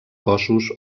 cossos